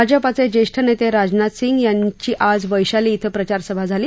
भाजपाचे ज्येष्ठ नेते राजनाथ सिंग यांची आज वैशाली इथं प्रचारसभा झाली